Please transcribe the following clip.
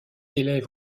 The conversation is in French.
élève